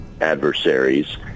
adversaries